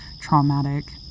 traumatic